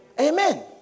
Amen